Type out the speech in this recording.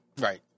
right